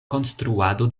konstruado